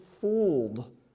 fooled